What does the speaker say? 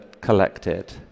collected